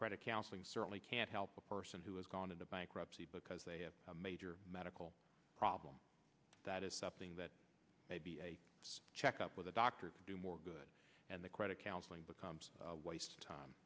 credit counseling certainly can't help a person who has gone into bankruptcy because they have a major medical problem that is something that may be a check up with a doctor to do more good and the credit counseling becomes waste time